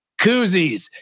Koozies